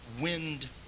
wind